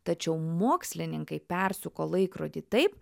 tačiau mokslininkai persuko laikrodį taip